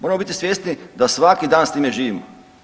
Moramo biti svjesni da svaki dan s time živimo.